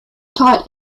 taught